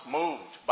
moved